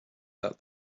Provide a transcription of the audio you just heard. that